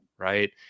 Right